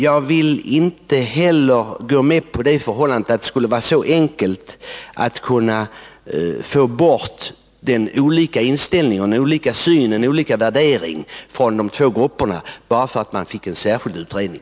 Jag kan inte gå med på att det skulle vara så enkelt att man bara genom att göra en särskild utredning kan få bort skillnaderna i inställning, grundsyn och värdering hos de två grupperna.